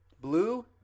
Blue